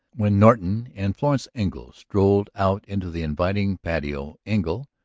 when norton and florence engle strolled out into the inviting patio engle,